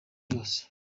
byose